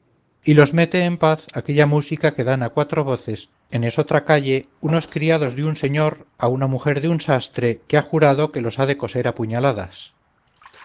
y los mete en paz aquella música que dan a cuatro voces en esotra calle unos criados de un señor a una mujer de un sastre que ha jurado que los ha de coser a puñaladas